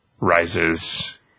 Rises